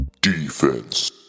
Defense